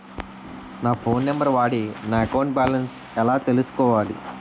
నా phone number వాడి నా అకౌంట్ బాలన్స్ ఎలా తెలుసుకోవాలి?